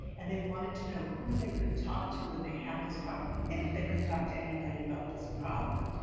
and they wanted to know who they could talk to when they had this problem if they could talk to anybody about this problem.